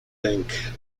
think